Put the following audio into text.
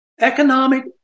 Economic